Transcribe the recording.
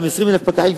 גם 20,000 פקחים,